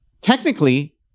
technically